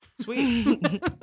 Sweet